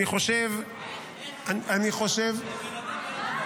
אני חושב --- הבן אדם היה רמטכ"ל,